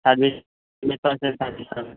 service hundred percent service হবে